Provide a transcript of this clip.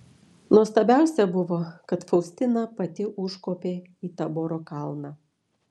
nuostabiausia buvo kad faustina pati užkopė į taboro kalną